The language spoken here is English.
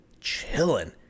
chilling